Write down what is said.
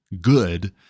good